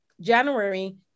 January